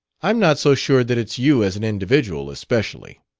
i'm not so sure that it's you as an individual especially.